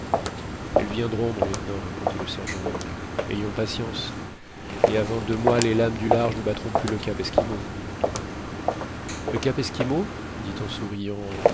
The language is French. elles viendront mon lieutenant répondit le sergent long ayons patience et avant deux mois les lames du large ne battront plus le cap esquimau le cap esquimau dit en souriant